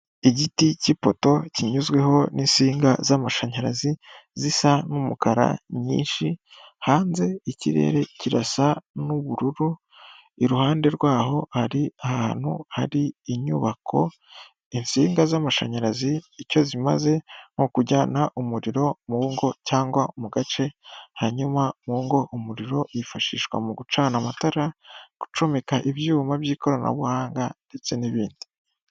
Igiti cy'ipoto kinyuzweho n'intsinga z'amashanyarazi, zisa n'umukara, nyinshi, hanze ikirere kirasa n'ubururu, iruhande rwaho ari ahantu hari inyubako, intsinga z'amashanyarazi icyo zimaze ni ukujyana umuriro mu ngo, cyangwa mu gace, hanyuma mu ngo umuriro wifashishwa mu gucana amatara, gucomeka ibyuma by'ikoranabuhanga, ndetse n'ibindi.